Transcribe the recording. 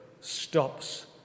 stops